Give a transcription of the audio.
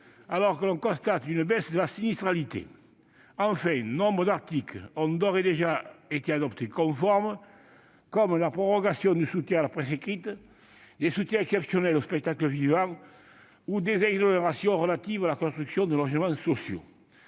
alors que l'on constate une baisse de la sinistralité. Enfin, nombre d'articles ont, d'ores et déjà, été adoptés conformes, à l'instar de la prorogation du soutien à la presse écrite, des soutiens exceptionnels au spectacle vivant ou des exonérations relatives à la construction de logements sociaux.